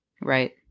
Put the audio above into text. Right